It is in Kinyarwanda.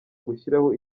gushyiraho